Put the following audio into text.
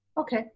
Okay